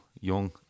Young